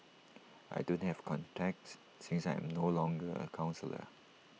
I don't have contacts since I am no longer A counsellor